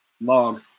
log